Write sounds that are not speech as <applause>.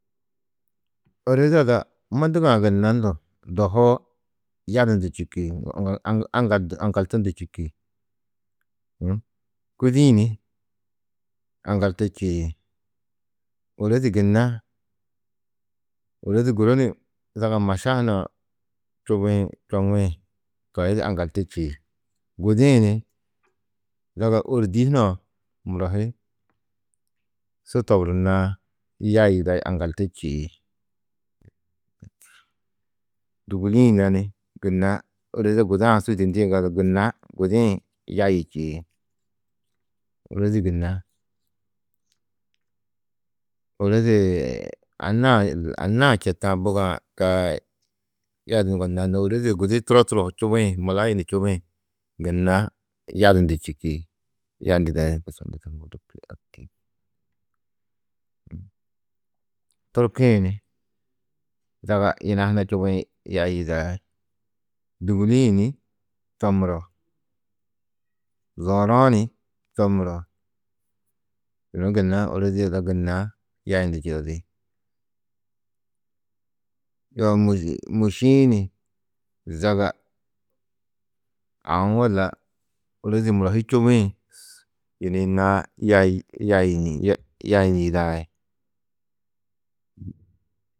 Ôreze ada mundugã gunna ndo dohoo yadundu čîki, <noise> aŋgal du aŋgaltundu čîki <noise> kûdi-ĩ ni aŋgaltu čîi, ôrozi gunna, ôrozi guru ni zaɡa maša hunã čubĩ čoŋĩ toi di aŋgaltu čî, gudi-ĩ ni zaga ôrdi hunã muro hi su toburrunãà yayi yidai aŋgaltu čîi, <hesitation> dûguli-ĩ na ni gunna ôroze guda-ã su hidendîe ŋadu gunna gudi-ĩ hi yayi čîi. Ôrozi gunna <noise> ôroze anna-ã, anna-ã četã bugã taa yadundu yugondunãá noo, ôroze gudi turo turo ho čubĩ, mulayunu čubĩ gunna yadundu čîki. <noise> turki-ĩ ni zaga yina huna čubĩ yayi yidai. Dûguli-ĩ ni to muro, zooru-ã ni to muro, yunu gunna, ôroze ada gunna yayundu yidadi. Yoo mûši-ĩ ni zaga aũ walla ôrozi muro hi čubĩ <noise> yunuyinã <hesitation> yayi yidai.